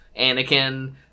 Anakin